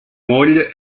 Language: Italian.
moglie